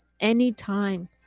anytime